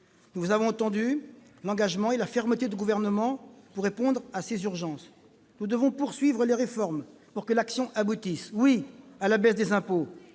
nous avons entendu l'engagement et la fermeté du Gouvernement pour répondre à ces urgences. Nous devons poursuivre les réformes pour que l'action aboutisse. Oui à la baisse des impôts